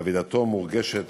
אבדתו מורגשת